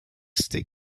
stick